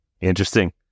Interesting